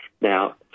Now